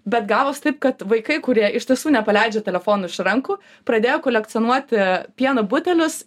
bet gavos taip kad vaikai kurie iš tiesų nepaleidžia telefonų iš rankų pradėjo kolekcionuoti pieno butelius